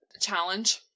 challenge